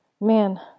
man